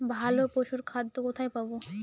ভালো পশুর খাদ্য কোথায় পাবো?